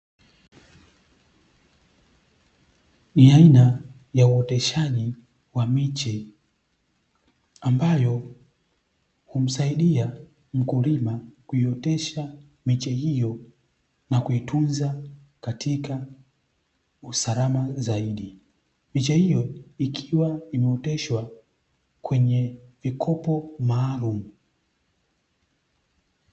Ni aina ya uoteshaji wa miche ambayo humsaidia mkulima kuiotesha miche hiyo na kuitunza katika usalama zaidi, miche hiyo ikiwa imeoteshwa kwenye vikopo maalumu.